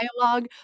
dialogue